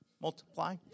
multiply